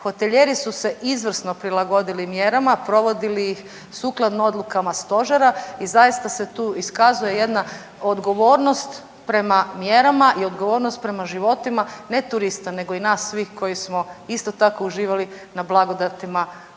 Hotelijeri su se izvrsno prilagodili mjerama, provodili ih sukladno odlukama Stožera i zaista se tu iskazuje jedna odgovornost prema mjerama i odgovornost prema životima ne turista nego i nas svih koji smo isto tako uživali na blagodatima ovog ljeta